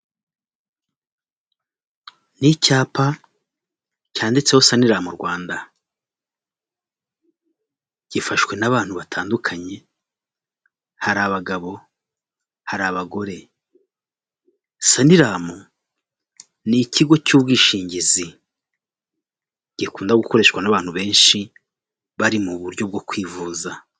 Ni icyapa cyanditseho sanlam Rwanda, gifashwe n'abantu batandukanye hari abagabo, hari abagore. Sanlam ni ikigo cy'ubwishingizi gikunda gukoreshwa n'abantu benshi bari mu buryo bwo kwivuza.